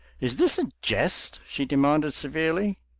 is this a jest? she demanded severely.